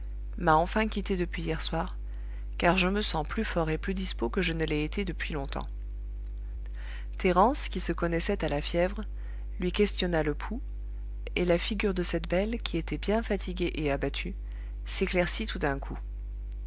m'a enfin quitté depuis hier soir car je me sens plus fort et plus dispos que je ne l'ai été depuis longtemps thérence qui se connaissait à la fièvre lui questionna le pouls et la figure de cette belle qui était bien fatiguée et abattue s'éclaircit tout d'un coup